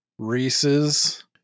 Reese's